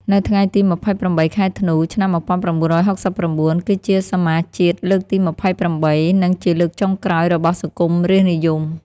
នៅថ្ងៃទី ២៨ ខែធ្នូ ឆ្នាំ ១៩៦៩ គឺជាសមាជជាតិលើកទី ២៨ និងជាលើកចុងក្រោយរបស់សង្គមរាស្ត្រនិយម។